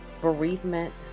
bereavement